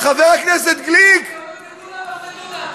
חבר הכנסת גליק, דונם אחרי דונם.